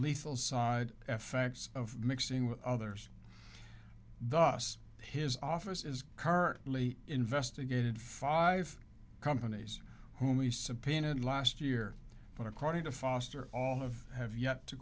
lethal side effects of mixing with others thus his office is currently investigated five companies whom he subpoenaed last year but according to foster all have have yet to